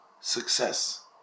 success